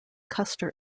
custer